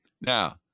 Now